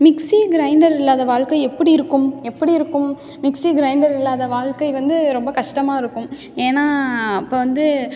mixie grinder இல்லாத வாழ்க்க எப்படி இருக்கும் எப்படி இருக்கும் மிக்ஸி க்ரைண்டர் இல்லாத வாழ்க்கை வந்து ரொம்ப கஷ்டமாக இருக்கும் ஏன்னா இப்போ வந்து